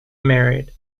married